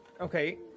okay